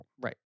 Right